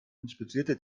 inspizierte